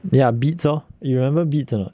ya beats lor you remember beats or not